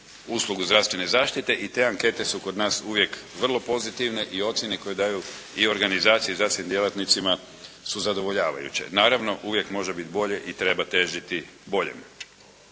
uslugu zdravstvene zaštite i te ankete su kod nas uvijek vrlo pozitivne i ocjene koje daju i organizaciji i zdravstvenim djelatnicima su zadovoljavajuće naravno uvijek može biti bolje i treba težiti boljemu.